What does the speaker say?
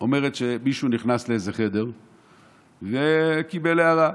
אומרת שמישהו נכנס לאיזה חדר וקיבל הארה,